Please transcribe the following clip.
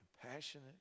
compassionate